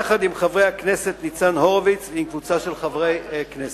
יחד עם חבר הכנסת ניצן הורוביץ ועם קבוצה של חברי הכנסת.